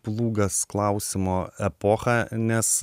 plūgas klausimo epochą nes